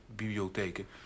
bibliotheken